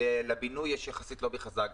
לבינוי יש יחסית לובי חזק,